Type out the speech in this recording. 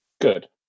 Good